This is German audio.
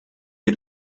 wir